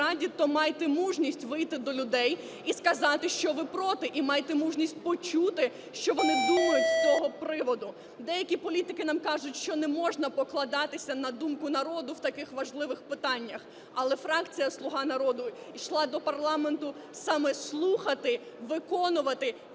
то майте мужність вийти до людей і сказати, що ви проти. І майте мужність почути, що вони думають з цього приводу. Деякі політики нам кажуть, що не можна покладатися на думку народу в таких важливих питаннях. Але фракція "Слуга народу" йшла до парламенту саме слухати, виконувати